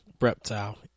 Reptile